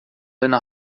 deine